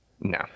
No